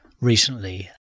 recently